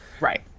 Right